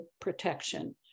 protection